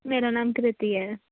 ਮੇਰਾ ਨਾਮ ਕ੍ਰਿਤੀ ਹੈ